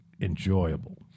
enjoyable